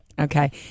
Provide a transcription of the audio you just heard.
Okay